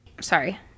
Sorry